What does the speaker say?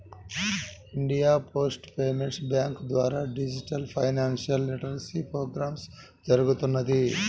India post payments bank ద్వారా digital financial literacy programme జరుగుతున్నది